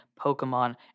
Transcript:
Pokemon